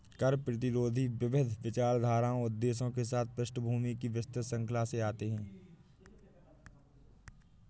कर प्रतिरोधी विविध विचारधाराओं उद्देश्यों के साथ पृष्ठभूमि की विस्तृत श्रृंखला से आते है